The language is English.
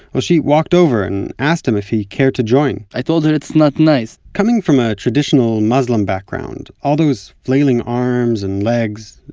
well she walked over, and asked him if he cared to join i told her it's not nice coming from a traditional muslim background all those flailing arms and legs,